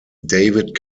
david